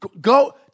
Go